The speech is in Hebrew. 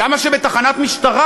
למה שבתחנת משטרה,